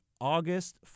August